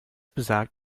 besagt